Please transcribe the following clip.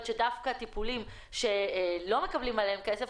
שדווקא טיפולים שלא מקבלים עליהם כסף,